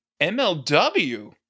MLW